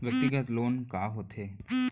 व्यक्तिगत लोन का होथे?